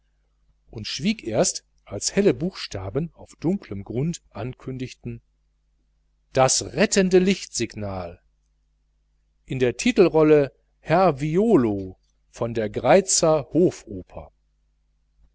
und schwieg erst als helle buchstaben auf dunklem grund ankündigten das rettende lichtsignal in der titelrolle herr violo von der greizer hofoper